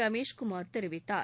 ரமேஷ்குமார் தெரிவித்தார்